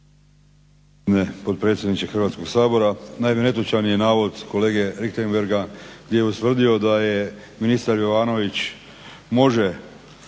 potpredsjedniče Hrvatskog sabora. Naime netočan je navod kolege Richembergha gdje je ustvrdio da ministar Jovanović može